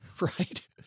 right